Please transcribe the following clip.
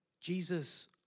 Jesus